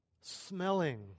smelling